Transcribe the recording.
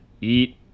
eat